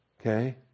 Okay